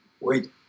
wait